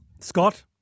Scott